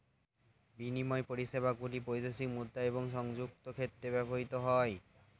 বিনিময় পরিষেবাগুলি বৈদেশিক মুদ্রা এবং সংযুক্ত ক্ষেত্রে ব্যবহৃত হয়